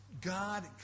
God